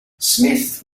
smith